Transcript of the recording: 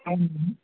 ಹಾಂ ಮೇಡಮ್